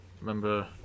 remember